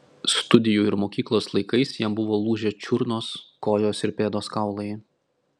studijų ir mokyklos laikais jam buvo lūžę čiurnos kojos ir pėdos kaulai